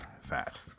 fat